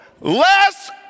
less